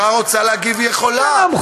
אם השרה רוצה להגיב, היא יכולה.